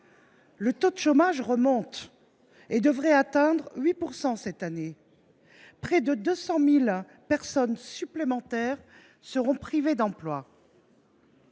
Le taux de chômage remonte et devrait atteindre 8 % cette année. Près de 200 000 personnes supplémentaires seront privées d’emploi.